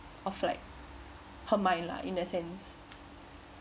of like her mind lah in a sense